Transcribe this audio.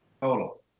Total